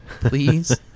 Please